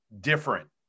different